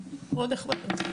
מאוד נחמדות.